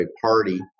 party